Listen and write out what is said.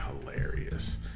hilarious